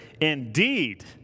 indeed